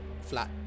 flat